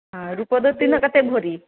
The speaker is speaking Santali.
ᱨᱩᱯᱟᱹ ᱫᱚ ᱛᱤᱱᱟᱹᱜ ᱠᱟᱛᱮᱫ ᱵᱷᱚᱨᱤ